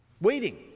Waiting